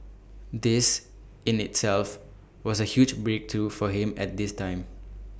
this in itself was A huge breakthrough for him at this time